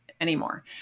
anymore